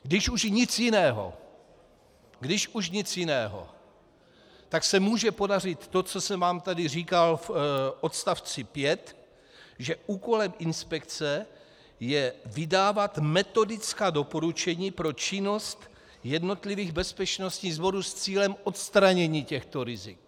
Když už nic jiného, když už nic jiného, tak se může podařit to, co jsem vám tady říkal v odstavci 5, že úkolem inspekce je vydávat metodická doporučení pro činnost jednotlivých bezpečnostních sborů s cílem odstranění těchto rizik.